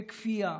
בכפייה,